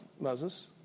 Moses